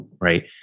right